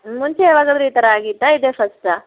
ಮುಂಚೆ ಯಾವಾಗಾದರೂ ಈ ಥರ ಆಗಿತ್ತಾ ಇದೇ ಫಸ್ಟಾ